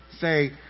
say